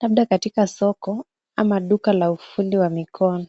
labda katika duka ama suka la ufundi wa mikono.